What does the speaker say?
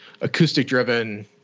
acoustic-driven